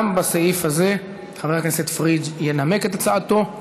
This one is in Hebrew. גם בסעיף הזה חבר הכנסת פריג' ינמק את הצעתו,